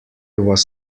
was